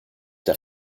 der